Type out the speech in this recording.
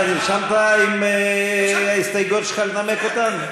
אתה נרשמת עם ההסתייגויות שלך, לנמק אותן?